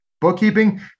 bookkeeping